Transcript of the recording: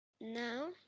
now